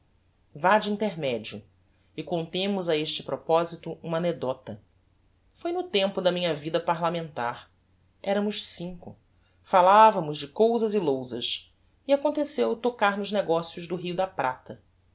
vá de intermedio e contemos a este proposito uma anecdota foi no tempo da minha vida parlamentar eramos cinco falavamos de cousas e lousas e aconteceu tocar nos negocios do rio da prata